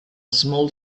small